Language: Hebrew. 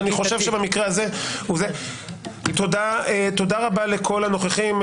ואני חושב שבמקרה הזה --- תודה רבה לכל הנוכחים.